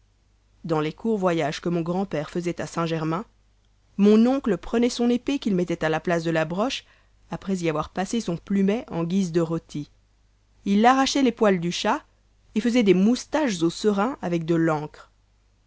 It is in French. dans les courts voyages que mon grand-père faisait à st germain mon oncle prenait son épée qu'il mettait à la place de la broche après y avoir passé son plumet en guise de rôti il arrachait les poils du chat et faisait des moustaches au serin avec de l'encre